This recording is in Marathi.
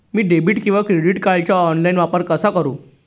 मी डेबिट किंवा क्रेडिट कार्डचा ऑनलाइन वापर कसा करु?